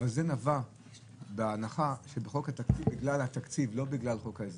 זה נבע בגלל התקציב, לא בגלל חוק ההסדרים.